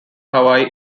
hawaii